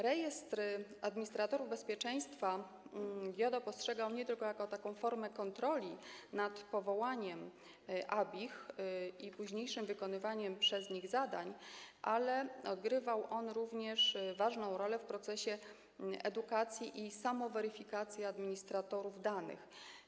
Rejestr administratorów bezpieczeństwa GIODO postrzegał nie tylko jako formę kontroli nad powołaniem ABI i późniejszym wykonywaniem przez niego zadań, ale odgrywał on również ważną rolę w procesie edukacji i samoweryfikacji administratorów danych.